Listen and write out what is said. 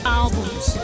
albums